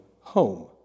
home